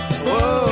whoa